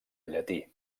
llatí